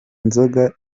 nzoga